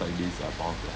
like this are bound to